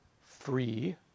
free